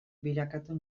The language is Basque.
bilakatu